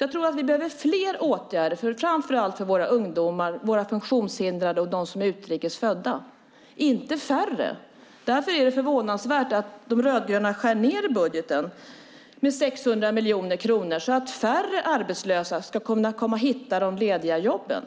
Jag tror att vi behöver fler åtgärder, framför allt för våra ungdomar och funktionshindrade och dem som är utrikes födda - inte färre åtgärder. Därför är det förvånansvärt att De rödgröna skär ned budgeten med 600 miljoner kronor, så att färre arbetslösa ska kunna hitta de lediga jobben.